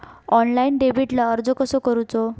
Online डेबिटला अर्ज कसो करूचो?